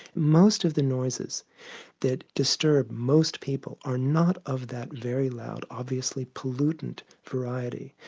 most of the noises that disturb most people are not of that very loud obviously pollutant variety.